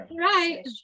right